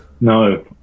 No